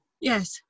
Yes